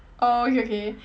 oh okay okay